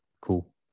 Cool